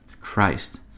Christ